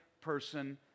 person